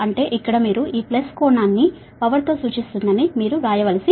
అంటే ఇక్కడ మీరు ఈ ప్లస్ కోణాన్ని పవర్ లాగ్గింగ్ ని సూచిస్తుందని మీరు వ్రాయాలి